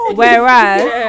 whereas